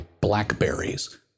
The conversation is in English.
blackberries